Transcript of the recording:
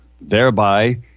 thereby